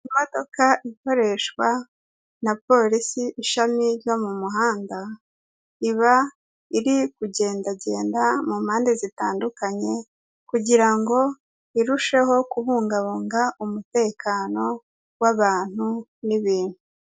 Imodoka ikoreshwa na polisi ishami ryo mu muhanda, iba iri kugendagenda mu mpande zitandukanye kugira ngo irusheho kubungabunga umutekano w'abantu n'ibintu.